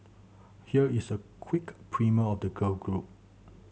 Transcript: here is a quick primer of the girl group